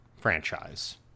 franchise